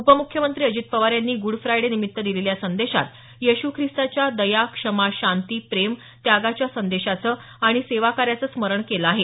उपमुख्यमंत्री अजित पवार यांनी गुडफ्रायडे निमित्त दिलेल्या संदेशात येशू ख्रिस्ताच्या दया क्षमा शांती प्रेम त्यागाच्या संदेशाचं आणि सेवाकार्याचं स्मरण केलं आहे